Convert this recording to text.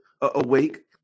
awake